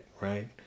Right